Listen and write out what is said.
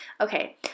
Okay